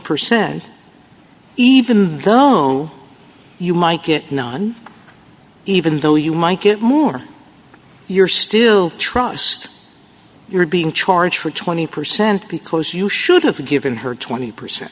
percent even though no you might get none even though you might get more you're still trust you're being charged for twenty percent be close you should've given her twenty percent